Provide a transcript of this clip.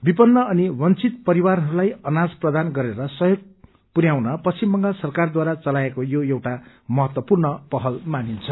विपन्न अनि वंचित परिवाारहरूलाई अनाज प्रदान गरेर सहयोग पुर्याउन पश्चिम बंगाल सरकारद्वारा चलाईएको यो एउआ महत्वपूर्ण पहल मानिन्छ